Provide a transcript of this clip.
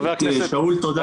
חבר הכנסת -- שאול, תודה.